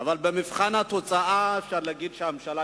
אבל במבחן התוצאה אפשר להגיד שהממשלה